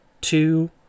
two